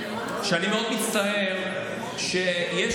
אני מאוד מצטער שיש